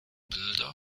bilder